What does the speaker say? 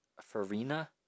Farina